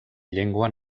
llengua